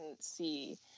see